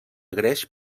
greix